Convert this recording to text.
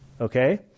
okay